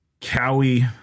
Cowie